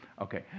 Okay